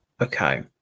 Okay